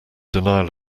denial